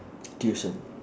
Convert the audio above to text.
tuition